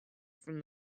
from